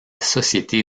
société